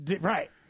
right